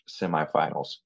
semifinals